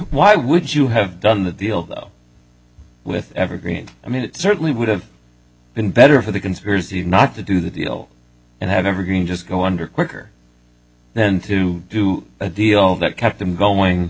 why would you have done the deal though with evergreen i mean it certainly would have been better for the conspiracy not to do the deal and have evergreen just go under quicker then to do a deal that kept them going